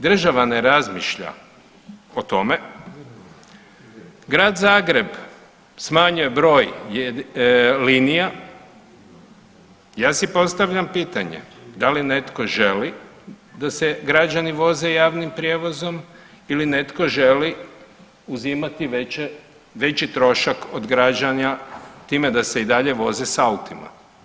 Država ne razmišlja o tome, Grad Zagreb smanjuje broj linija, ja si postavljam pitanje, da li netko želi da se građani voze javnim prijevozom ili netko želi uzimati veći trošak od građana time da se i dalje voze sa autima?